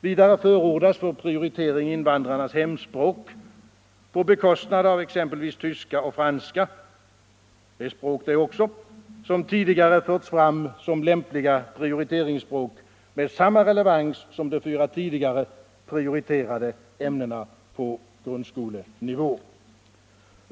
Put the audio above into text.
Vidare förordas för prioritering invandrarnas hemspråk på bekostnad av exempelvis tyska och franska — de är språk, de också, och har tidigare förts fram som lämpliga prioriteringsspråk med samma relevans som de fyra tidigare prioriterade ämnena på grundskolenivå.